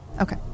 Okay